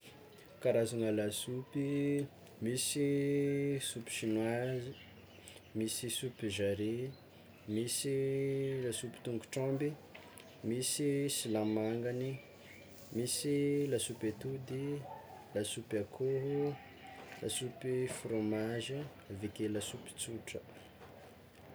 Karazana lasopy: mùisy soupe chinoise, misy soupe jarret, misy lasopy tôngotr'omby, misy silamangany, misy lasopy atody, lasopy akoho, lasopy fromagy aveke lasopy tsotra.